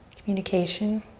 communication.